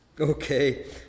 Okay